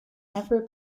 never